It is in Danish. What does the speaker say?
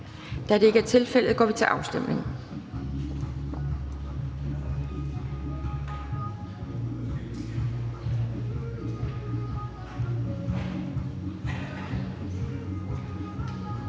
Da det ikke er tilfældet, går vi til afstemning.